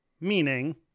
meaning